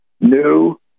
new